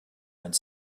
went